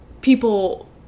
people